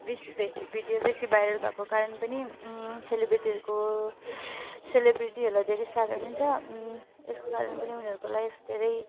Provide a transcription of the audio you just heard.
बिस भेटी भिडियो बेसी भाइरल भएको कारण पनि सेलिब्रेटीहरूको सेलिब्रेटीहरूलाई धेरै साह्रो नै छ यसको कारण पनि उनीहरूको लाइफ धेरै